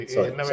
Sorry